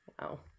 Wow